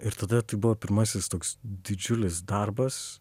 ir tada tai buvo pirmasis toks didžiulis darbas